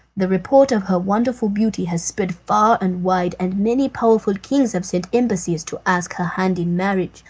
the report of her wonderful beauty has spread far and wide, and many powerful kings have sent embassies to ask her hand in marriage.